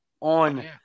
on